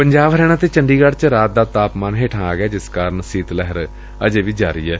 ਪੰਜਾਬ ਹਰਿਆਣਾ ਅਤੇ ਚੰਡੀਗੜ੍ ਚ ਰਾਤ ਦਾ ਤਾਪਮਾਨ ਹੇਠਾਂ ਆ ਗਿਐ ਜਿਸ ਕਾਰਨ ਸੀਤ ਲਹਿਰ ਜਾਰੀ ਏ